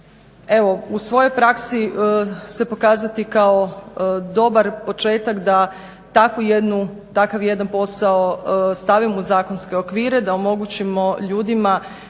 u svojoj praksi se pokazati kao dobar početak da takav jedan posao stavimo u zakonske okvire, da omogućimo ljudima